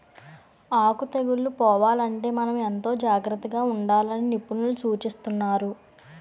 ఆకు తెగుళ్ళు పోవాలంటే మనం ఎంతో జాగ్రత్తగా ఉండాలని నిపుణులు సూచిస్తున్నారు